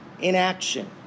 inaction